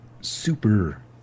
super